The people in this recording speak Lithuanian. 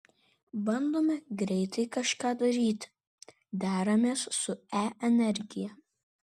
bandome greitai kažką daryti deramės su e energija